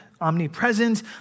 omnipresent